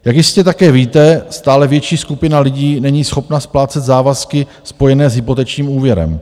Jak jistě také víte, stále větší skupina lidí není schopna splácet závazky spojené s hypotečním úvěrem;